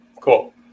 Cool